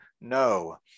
no